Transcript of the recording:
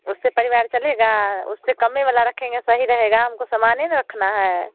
उससे परिवार चलेगा उससे कमे वाला रखेंगे सही रहेगा हमको सामान ही ना रखना है